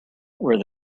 where